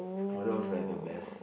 !wah! that was like the best